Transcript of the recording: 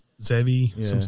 Zevi